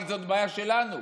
אבל זאת בעיה שלנו,